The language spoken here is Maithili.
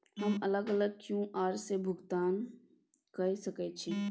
हम अलग अलग क्यू.आर से भुगतान कय सके छि?